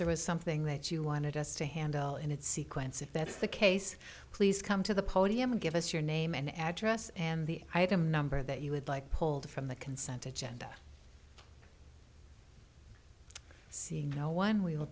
there was something that you wanted us to handle in it sequence if that's the case please come to the podium and give us your name and address and the item number that you would like pulled from the consented genda seeing no one will